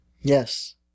Yes